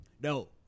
No